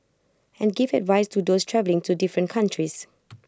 and give advice to those travelling to different countries